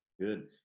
Good